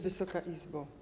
Wysoka Izbo!